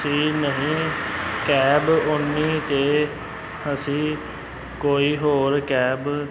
ਜੇ ਨਹੀਂ ਕੈਬ ਆਉਣੀ ਤਾਂ ਅਸੀਂ ਕੋਈ ਹੋਰ ਕੈਬ